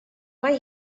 mae